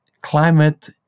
climate